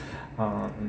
um